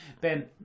Ben